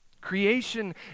Creation